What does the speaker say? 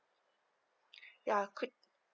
ya could